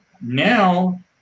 now